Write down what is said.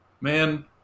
Man